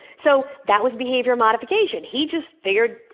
so, that was behavior modification. he just figured,